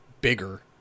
bigger